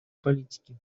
политики